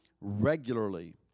regularly